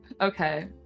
Okay